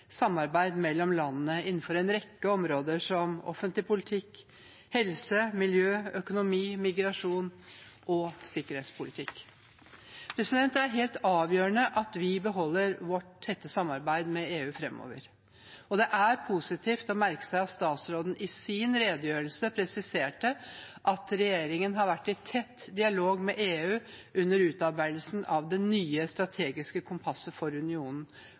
samarbeid mellom landene innenfor en rekke områder som offentlig politikk, helse, miljø, økonomi, migrasjon og sikkerhetspolitikk. Det er helt avgjørende at vi beholder vårt tette samarbeid med EU framover. Det er positivt å merke seg at statsråden i sin redegjørelse presiserte at regjeringen har vært i tett dialog med EU under utarbeidelsen av det nye strategiske kompasset for unionen,